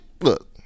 look